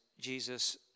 Jesus